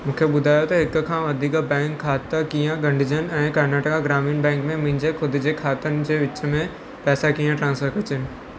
मूंखे ॿुधायो त हिक खां वधीक बैंक खाता कीअं ॻडजनि ऐं कर्नाटका ग्रामीण बैंक में मुंहिंजे ख़ुद जे खातनि जे विच में पैसा कीअं ट्रान्सफर कजनि